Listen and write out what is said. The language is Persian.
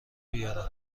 بیارم